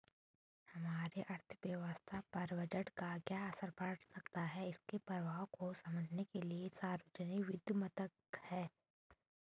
हमारी अर्थव्यवस्था पर बजट का क्या असर पड़ सकता है इसके प्रभावों को समझने के लिए सार्वजिक वित्त मददगार है